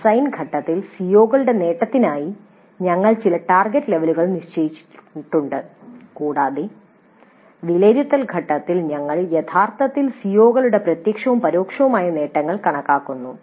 design ഘട്ടത്തിൽ സിഒകളുടെ നേട്ടത്തിനായി ഞങ്ങൾ ചില ടാർഗെറ്റ് ലെവലുകൾ നിശ്ചയിച്ചിട്ടുണ്ട് കൂടാതെ വിലയിരുത്തൽ ഘട്ടത്തിൽ ഞങ്ങൾ യഥാർത്ഥത്തിൽ സിഒകളുടെ പ്രത്യക്ഷവും പരോക്ഷവുമായ നേട്ടങ്ങൾ കണക്കാക്കുന്നു